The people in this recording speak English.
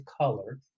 color